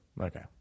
okay